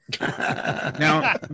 Now